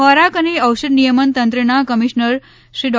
ખોરાક અને ઔષધ નિયમન તંત્રના કમિશનર શ્રી ડૉ